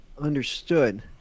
Understood